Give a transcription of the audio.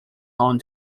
own